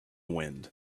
wind